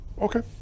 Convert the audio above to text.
Okay